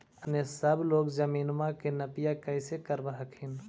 अपने सब लोग जमीनमा के नपीया कैसे करब हखिन?